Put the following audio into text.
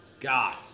God